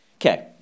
Okay